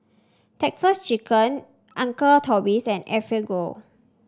Texas Chicken Uncle Toby's and Enfagrow